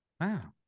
wow